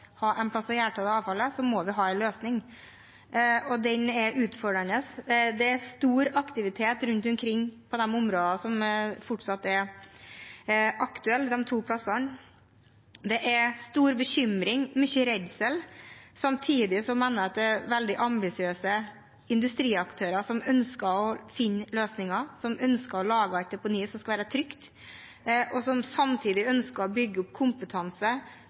ha en plass å gjøre av dette avfallet, må vi ha en løsning, og den er utfordrende. Det er stor aktivitet rundt omkring på de områdene, de to plassene, som fortsatt er aktuelle. Det er stor bekymring og mye redsel. Samtidig mener jeg det er veldig ambisiøse industriaktører som ønsker å finne løsninger, som ønsker å lage et deponi som skal være trygt, og som samtidig ønsker å bygge opp kompetanse,